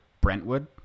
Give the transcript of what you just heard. Brentwood